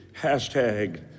hashtag